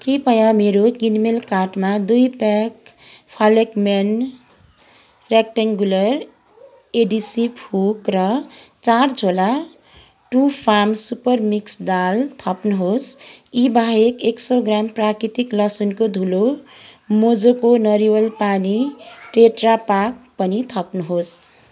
कृपया मेरो किनमेल कार्टमा दुई प्याक फालेकम्यान रेक्ट्याङ्गुलर एडिसिभ हुक र चार झोला ट्रुफार्म सुपर मिक्स दाल थप्नुहोस् यी बाहेक एक सौ ग्राम प्राकृतिक लसुनको धुलो मोजोको नरिवल पानी टेट्रा पाक पनि थप्नुहोस्